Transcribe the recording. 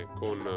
con